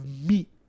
meat